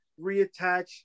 reattach